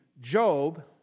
Job